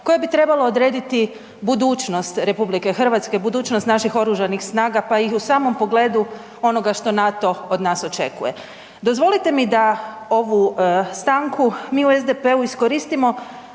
koja bi trebala odrediti budućnost RH, budućnost naših oružanih snaga pa i u samom pogledu onoga što NATO od nas očekuje. Dozvolite mi da ovu stanku mi u SDP-u iskoristimo